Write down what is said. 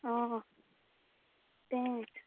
हय तेंच